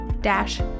dash